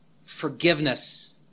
forgiveness